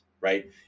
right